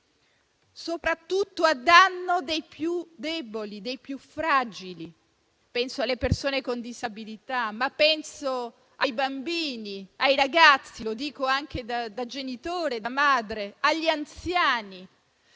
soprattutto a danno dei più deboli e dei più fragili. Penso alle persone con disabilità, ma penso anche ai bambini, ai ragazzi - lo dico da genitore e da madre - e agli anziani.